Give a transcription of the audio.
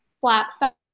flat